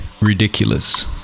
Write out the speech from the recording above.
ridiculous